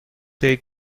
they